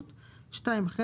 הקשורים